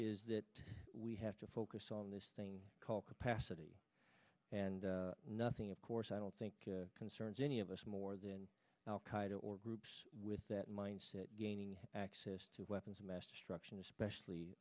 is that we have to focus on this thing called capacity and nothing of course i don't think concerns any of us more than al qaeda or groups with that mindset gaining access to weapons of mass destruction especially